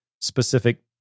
specific